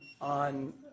on